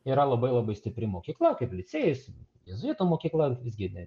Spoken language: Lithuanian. yra labai labai stipri mokykla kaip licėjus jėzuitų mokykla visgi ne